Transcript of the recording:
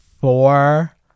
Four